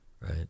right